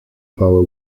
power